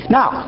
Now